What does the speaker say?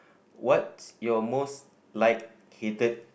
what's your most liked hated